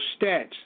stats